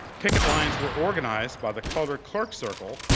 picket lines were organized by the colored clerk circle,